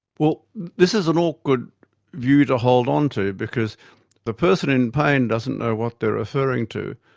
well, this is an awkward view to hold onto, because the person in pain doesn't know what they're referring to,